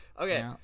Okay